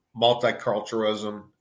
multiculturalism